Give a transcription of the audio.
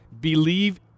believe